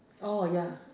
oh ya